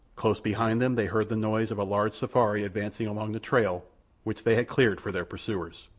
close behind them they heard the noise of a large safari advancing along the trail which they had cleared for their pursuers.